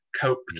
coped